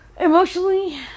Emotionally